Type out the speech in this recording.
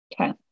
Okay